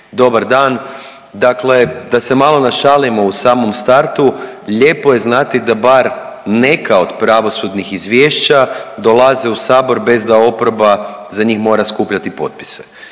dobar dan. Dakle, da se malo našalimo u samom startu lijepo je znati da bar neka od pravosudnih izvješća bez da oporba za njih mora skupljati potpise.